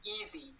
easy